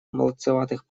молодцеватых